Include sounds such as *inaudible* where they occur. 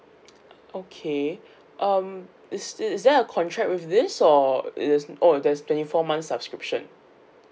okay *breath* um is is there a contract with this or is it oh there's twenty four months subscription